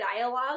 dialogue